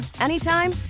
anytime